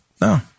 no